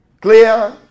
clear